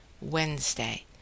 Wednesday